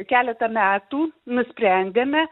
keletą metų nusprendėme